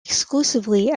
exclusively